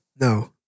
No